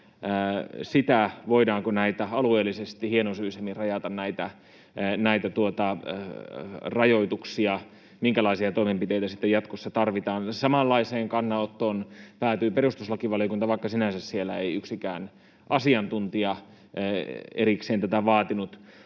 sitä, voidaanko alueellisesti hienosyisemmin rajata näitä rajoituksia, minkälaisia toimenpiteitä sitten jatkossa tarvitaan. Samanlaiseen kannanottoon päätyi perustuslakivaliokunta, vaikka sinänsä siellä ei yksikään asiantuntija erikseen tätä vaatinut.